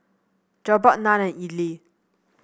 Jokbal Naan and Idili